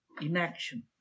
Inaction